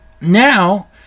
now